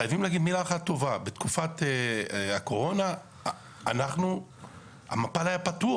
חייבים להגיד מילה אחת טובה בתקופת הקורונה המפ"ל היה פתוח.